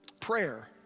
Prayer